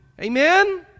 Amen